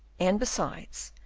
and, besides,